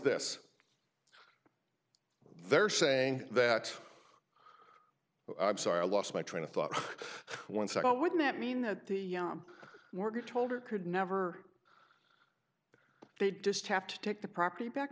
this they're saying that i'm sorry i lost my train of thought one second wouldn't that mean that the mortgage holder could never they'd just have to take the property back